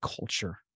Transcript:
culture